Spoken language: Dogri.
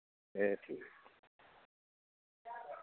ए ठीक ऐ